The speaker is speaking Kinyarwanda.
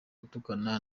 gutukana